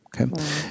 okay